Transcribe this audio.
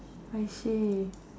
I see